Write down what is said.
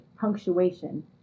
punctuation